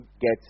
get